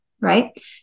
Right